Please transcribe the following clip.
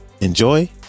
enjoy